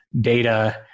data